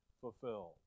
fulfilled